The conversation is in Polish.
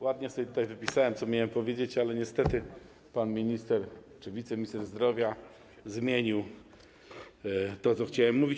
Ładnie sobie tutaj wypisałem, co miałem powiedzieć, ale niestety pan minister czy wiceminister zdrowia zmienił to, co chciałem mówić.